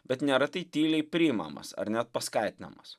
bet neretai tyliai priimamas ar net paskatinamas